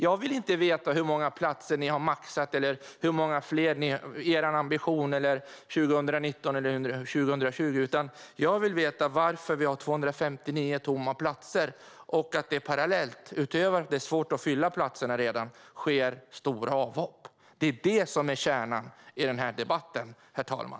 Jag vill inte veta hur många platser ni har maxat eller hur många fler platser ni har som ambition 2019 eller 2020. Jag vill veta varför vi har 259 tomma platser och varför det, utöver att det redan är svårt att fylla platserna, sker stora avhopp. Det är detta som är kärnan i denna debatt, herr talman.